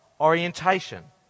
orientation